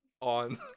on